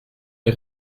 les